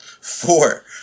Four